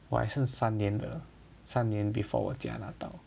我还剩三年的三年 before 我剪那刀